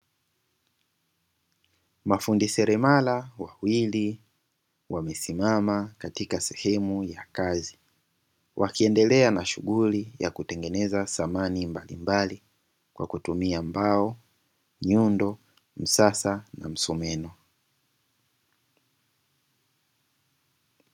Mafundi seremala wawili wamesimama katika sehemu ya kazi wakiendelea na shughuli ya kutengeneza samani mbalimbali Kwa kutumia mbao, nyundo, msasa na msumeno.